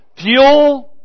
fuel